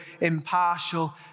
impartial